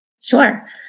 Sure